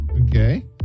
Okay